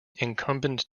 incumbent